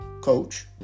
coach